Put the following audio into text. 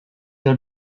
your